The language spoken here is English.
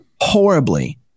horribly